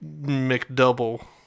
McDouble